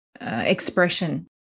Expression